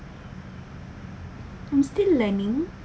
I'm still learning